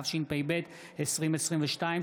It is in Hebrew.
התשפ"ב 2022,